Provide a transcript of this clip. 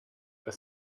were